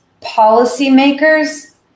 policymakers